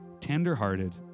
tenderhearted